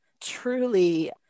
truly